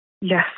Yes